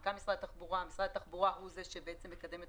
מנכ"ל משרד התחבורה - משרד התחבורה הוא זה שמקדם את